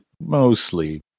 mostly